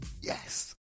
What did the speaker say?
Yes